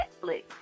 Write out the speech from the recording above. Netflix